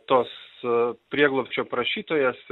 tos prieglobsčio prašytojas